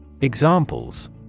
Examples